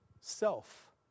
self